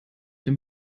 dem